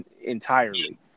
entirely